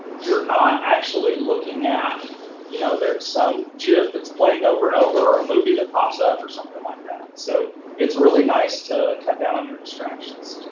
you're not actually looking at you know there's some gif that's playing over and over, or a movie that's pops up or something like that. so it's really nice to cut down on your distractions.